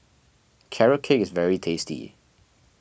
Carrot Cake is very tasty